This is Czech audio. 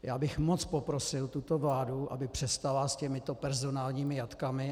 Já bych moc poprosil tuto vládu, aby přestala s těmito personálními jatkami.